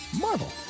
Marvel